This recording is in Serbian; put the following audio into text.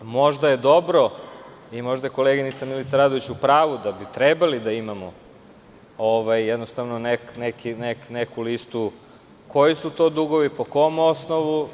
Možda je dobro i možda je koleginica Milica Radović u pravu, da bi trebali da imamo jednostavno neku listu, koji su to dugovi, po kom osnovu.